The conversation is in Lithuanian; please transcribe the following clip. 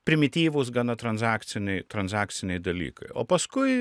primityvūs gana transakciniai transakciniai dalykai o paskui